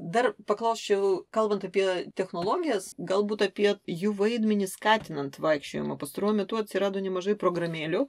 dar paklausčiau kalbant apie technologijas galbūt apie jų vaidmenį skatinant vaikščiojimą pastaruoju metu atsirado nemažai programėlių